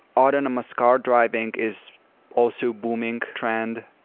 autonomous car driving is also booming trend.